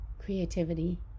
creativity